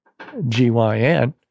gyn